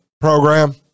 program